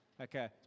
Okay